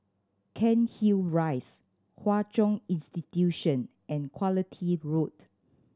Cairnhill Rise Hwa Chong Institution and Quality Road